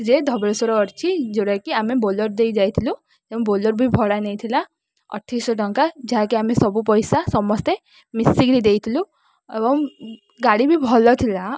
ଯେ ଧବଳେଶ୍ଵର ଅଛି ଯେଉଁଟା କି ଆମେ ବୋଲେର ଦେଇ ଯାଇଥିଲୁ ଏବଂ ବୋଲେରୋ ବି ଭଡ଼ା ନେଇ ଥିଲା ଅଠେଇଶହ ଟଙ୍କା ଯାହାକି ଆମେ ସବୁ ପଇସା ସମସ୍ତେ ମିଶିକିରି ଦେଇଥିଲୁ ଏବଂ ଗାଡ଼ି ବି ଭଲ ଥିଲା